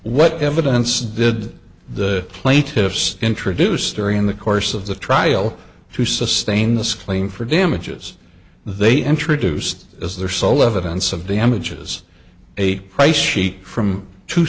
what evidence did the plaintiffs introduced during the course of the trial to sustain this claim for damages they introduced as their sole evidence of damages a price sheet from two